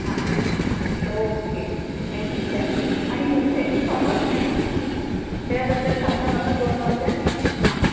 आं okay thank you thank you आनी saint Thomas feast ह्या बद्दल सांगता म्हाका दोन वाक्यांत आं